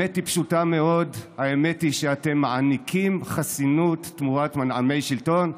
האמת היא פשוטה מאוד: האמת היא שאתם מעניקים חסינות תמורת מנעמי שלטון.